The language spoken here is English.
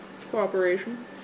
cooperation